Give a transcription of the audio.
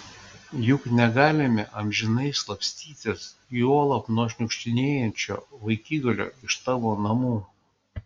juk negalime amžinai slapstytis juolab nuo šniukštinėjančio vaikigalio iš tavo namų